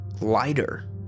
lighter